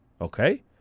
Okay